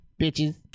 bitches